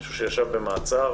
מי שישב במעצר